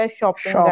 shopping